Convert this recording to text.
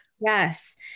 Yes